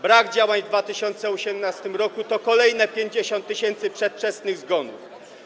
Brak działań w 2018 r. to kolejne 50 tys. przedwczesnych zgonów.